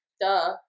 duh